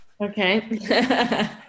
Okay